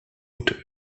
hauteur